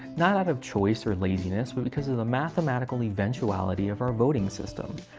not out of choice or laziness, but because it is a mathematical eventuality of our voting system.